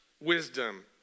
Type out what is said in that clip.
wisdom